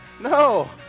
No